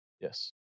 Yes